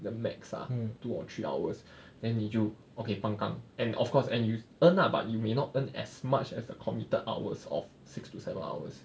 the max ah two or three hours then 你就 okay pang kang and of course and you earn lah but you may not earn as much as the committed hours of six to seven hours